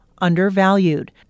undervalued